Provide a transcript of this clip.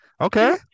Okay